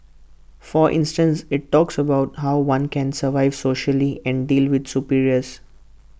for instance IT talks about how one can survive socially and deal with superiors